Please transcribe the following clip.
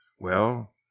Well